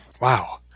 Wow